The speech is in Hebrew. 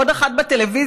עוד אחת בטלוויזיה,